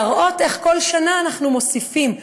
להראות איך כל שנה אנחנו מוסיפים,